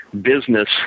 business